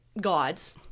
gods